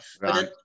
Right